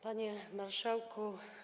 Panie Marszałku!